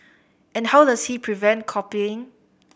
and how does he prevent copying